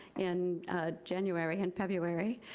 in january and february.